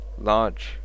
large